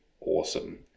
awesome